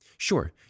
Sure